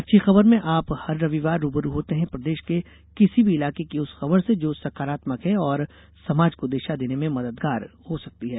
अच्छी खबर में आप हर रविवार रू ब रू होते हैं प्रदेश के किसी भी इलाके की उस खबर से जो सकारात्मक है और समाज को दिशा देने में मददगार हो सकती है